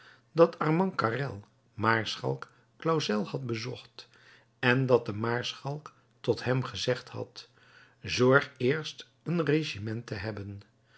dat armand carrel maarschalk clausel had bezocht en dat de maarschalk tot hem gezegd had zorg eerst een regiment te hebben